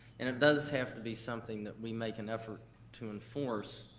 and it does have to be something that we make an effort to enforce.